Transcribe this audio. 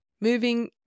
moving